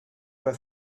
pas